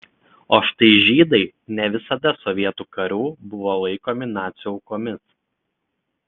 o štai žydai ne visada sovietų karių buvo laikomi nacių aukomis